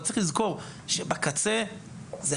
יש לזכור שלרשות החייל הספורטאי עומדים